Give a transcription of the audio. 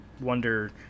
wonder